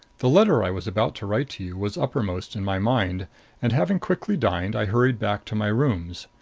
the letter i was about to write to you was uppermost in my mind and, having quickly dined, i hurried back to my rooms.